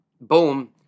boom